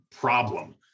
Problem